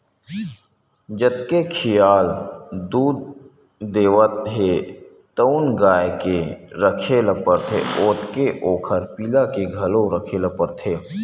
जतके खियाल दूद देवत हे तउन गाय के राखे ल परथे ओतके ओखर पिला के घलो राखे ल परथे